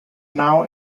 now